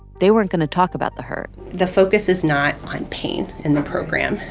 they weren't going to talk about the hurt the focus is not on pain in the program.